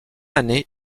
année